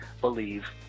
Believe